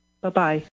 Bye-bye